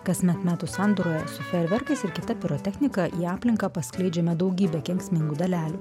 kasmet metų sandūroje su feerverkais ir kita pirotechnika į aplinką paskleidžiama daugybė kenksmingų dalelių